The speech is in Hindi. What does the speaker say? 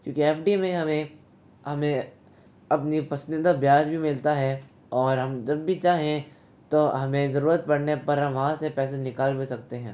क्योंकि एफ डी में हमें हमें अपनी पसंदीदा ब्याज भी मिलता है और हम जब भी चाहें तो हमें ज़रूरत पड़ने पर हम वहाँ से पैसे निकाल भी सकते हैं